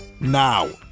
now